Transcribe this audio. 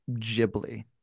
ghibli